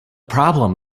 problem